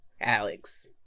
Alex